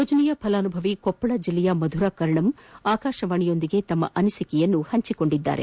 ಯೋಜನೆಯ ಫಲಾನುಭವಿ ಕೊಪ್ಪಳ ಜಿಲ್ಲೆಯ ಮಧುರಾ ಕರ್ಣಮ್ ಆಕಾಶವಾಣಿಯೊಂದಿಗೆ ತಮ್ನ ಅನಿಸಿಕೆ ಹಂಚಿಕೊಂಡಿದ್ದಾರೆ